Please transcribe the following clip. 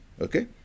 Okay